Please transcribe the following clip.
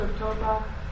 October